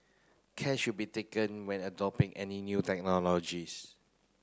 care should be taken when any new technologies